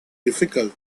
difficult